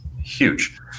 Huge